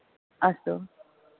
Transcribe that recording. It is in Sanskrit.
अस्तु